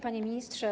Panie Ministrze!